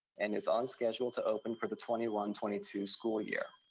and is on schedule to open for the twenty one, twenty two school year.